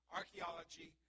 archaeology